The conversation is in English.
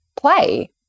play